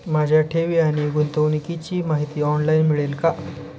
माझ्या ठेवी आणि गुंतवणुकीची माहिती ऑनलाइन मिळेल का?